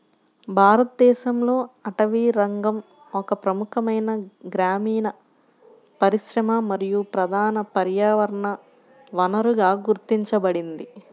భారతదేశంలో అటవీరంగం ఒక ముఖ్యమైన గ్రామీణ పరిశ్రమ మరియు ప్రధాన పర్యావరణ వనరుగా గుర్తించబడింది